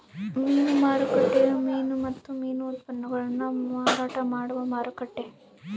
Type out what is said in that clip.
ಮೀನು ಮಾರುಕಟ್ಟೆಯು ಮೀನು ಮತ್ತು ಮೀನು ಉತ್ಪನ್ನಗುಳ್ನ ಮಾರಾಟ ಮಾಡುವ ಮಾರುಕಟ್ಟೆ